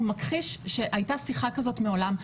הוא מכחיש שהייתה שיחה כזאת מעולם.